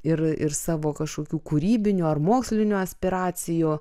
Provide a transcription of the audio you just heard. ir ir savo kažkokių kūrybinių ar mokslinių aspiracijų